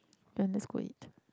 you want let's go and eat